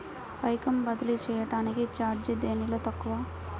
పైకం బదిలీ చెయ్యటానికి చార్జీ దేనిలో తక్కువ?